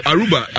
Aruba